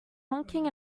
honking